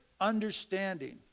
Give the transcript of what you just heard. understanding